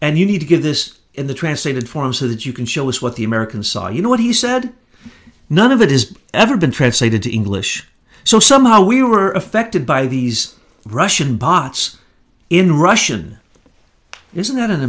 and you need to give this in the translated form so that you can show us what the american saw you know what he said none of it is ever been translated to english so somehow we were affected by these russian bots in russian isn't that an